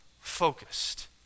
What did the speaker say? focused